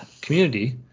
community